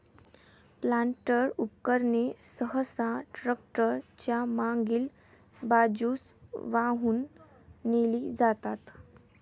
planter उपकरणे सहसा tractor च्या मागील बाजूस वाहून नेली जातात